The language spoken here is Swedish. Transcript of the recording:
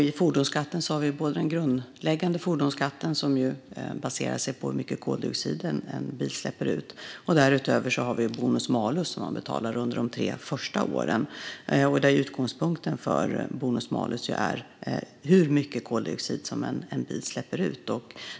I fordonsskatten har vi både den grundläggande fordonsskatten som baseras på hur mycket koldioxid en bil släpper ut och bonus-malus som betalas under de tre första åren. Utgångspunkten för bonus-malus är hur mycket koldioxid som en bil släpper ut.